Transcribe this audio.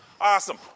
Awesome